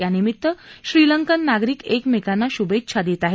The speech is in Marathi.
यानिमित्त श्रीलंकन नागरिक एकमेकांना शुभेच्छा देत आहेत